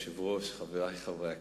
אדוני היושב-ראש, חברי חברי הכנסת,